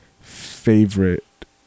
favorite